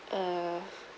uh